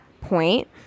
point